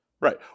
Right